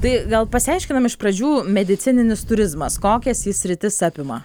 tai gal pasiaiškinam iš pradžių medicininis turizmas kokias jis sritis apima